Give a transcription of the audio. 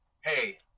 Hey